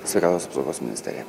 sveikatos apsaugos ministerija